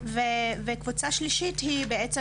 וקבוצה שלישית היא בעצם,